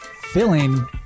filling